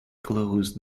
close